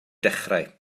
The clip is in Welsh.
dechrau